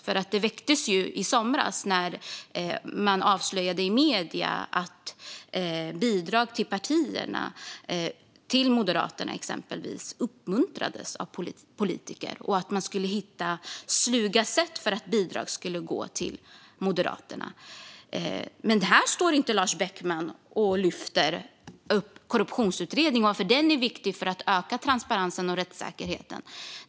I somras avslöjades i medierna att exempelvis moderata politiker uppmuntrade bidrag till partiet och att man skulle hitta sluga sätt för att få bidrag till Moderaterna. Men Lars Beckman säger inget om detta och att korruptionsutredningen är viktig för ökad transparens och rättssäkerhet.